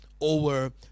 over